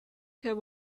have